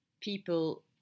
people